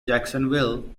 jacksonville